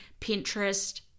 Pinterest